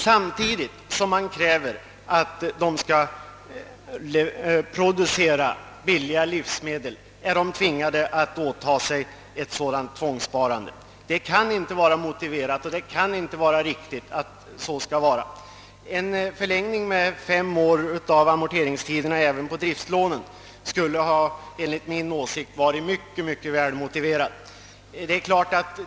Samtidigt som man kräver att de skall producera billiga livsmedel är de nödsakade att påta sig ett sådant tvångssparande. Detta kan inte vara motiverat. En förlängning med fem år av amorteringstiderna även för driftslånen skulle enligt min mening ha varit mycket välmotiverat.